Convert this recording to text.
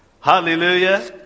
Hallelujah